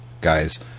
guys